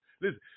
listen